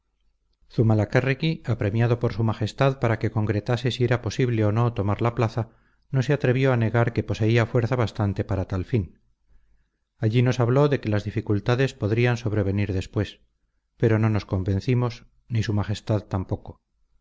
asintiendo con fuertes cabezadas zumalacárregui apremiado por su majestad para que concretase si era posible o no tomar la plaza no se atrevió a negar que poseía fuerza bastante para tal fin allí nos habló de que las dificultades podrían sobrevenir después pero no nos convencimos ni su majestad tampoco